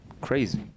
crazy